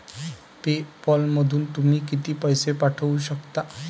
पे पॅलमधून तुम्ही किती पैसे पाठवू शकता?